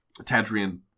Tadrian